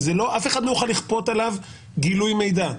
שאף אחד לא יכול לכפות עליו גילוי מידע,